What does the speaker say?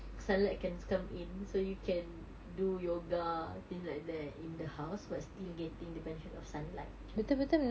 sunlight can come in so you can do yoga things like that in the house but still getting the benefit of sunlight macam tu